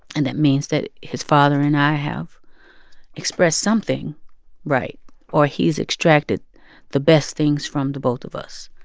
and that means that his father and i have expressed something right or he's extracted the best things from the both of us.